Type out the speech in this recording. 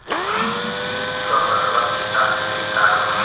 KCC क मतलब किसान क्रेडिट कार्ड हौ